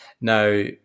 Now